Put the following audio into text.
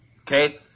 okay